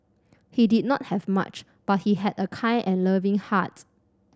he did not have much but he had a kind and loving hearts